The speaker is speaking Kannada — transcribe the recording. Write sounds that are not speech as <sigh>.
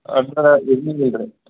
ಅಂದ್ರೆ <unintelligible> ಇಲ್ಲರೀ